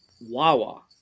Wawa